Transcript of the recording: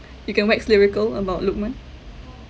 you can wax lyrical about lukman